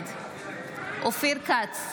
נגד אופיר כץ,